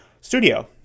studio